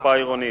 בקופה העירונית.